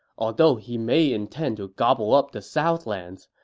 although he may intend to gobble up the southlands,